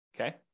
Okay